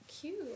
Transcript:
cute